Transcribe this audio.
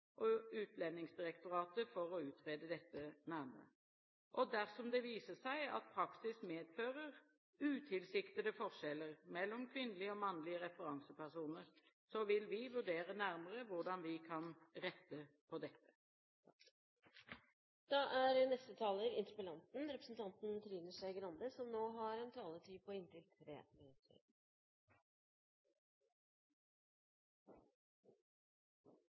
og Utlendingsdirektoratet for å utrede dette nærmere. Dersom det viser seg at praksis medfører utilsiktede forskjeller mellom kvinnelige og mannlige referansepersoner, vil vi vurdere nærmere hvordan vi kan rette på dette. Jeg vil takke statsråden for svaret, og jeg håper hun er helt oppriktig i det at det å ha en